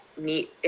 meet